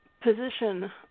position